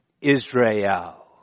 Israel